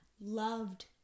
Loved